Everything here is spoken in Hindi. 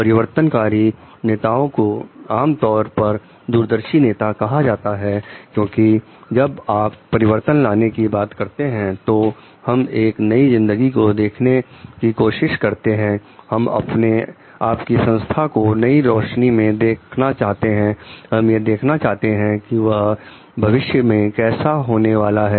परिवर्तनकारी नेताओं को आमतौर पर दूरदर्शी नेता कहा जाता है क्योंकि जब आप परिवर्तन लाने की बात करते हैं तो हम एक नई जिंदगी को देखने की कोशिश करते हैं हम आपकी संस्था को नई रोशनी में देखना चाहते हैं हम यह देखना चाहते हैं कि यह भविष्य में कैसा होने वाला है